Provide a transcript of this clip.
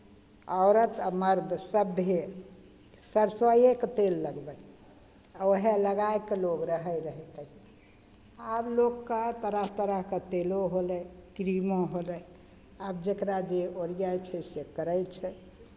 औरत आ मर्द सभे सरिसौएके तेल लगबय आ उएह लगाए कऽ लोक रहैत रहय ताहिया आब लोकके तरह तरह तरहके तेलो होलै क्रीमो होलै आब जकरा जे ओरियाइ छै से करै छै